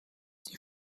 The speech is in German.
die